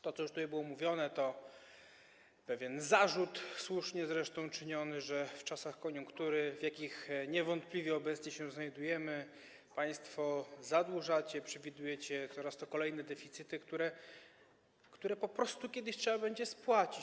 To, co już tutaj było mówione, to pewien zarzut, zresztą słusznie czyniony, że w czasach koniunktury, w jakich niewątpliwie obecnie się znajdujemy, państwo zadłużacie, przewidujecie coraz to nowe, kolejne deficyty, które po prostu kiedyś trzeba będzie spłacić.